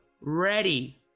ready